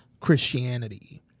Christianity